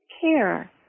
care